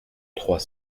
trois